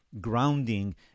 grounding